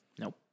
Nope